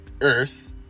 Earth